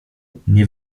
nie